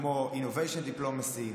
כמו Innovation Diplomacy,